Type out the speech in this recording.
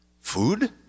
Food